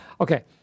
Okay